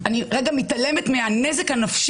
מאומה.